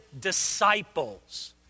disciples